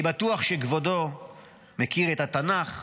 אני בטוח שכבודו מכיר את התנ"ך,